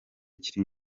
kiri